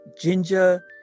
ginger